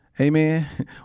Amen